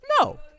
No